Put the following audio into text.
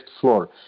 floor